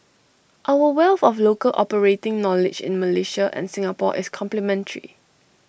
our wealth of local operating knowledge in Malaysia and Singapore is complementary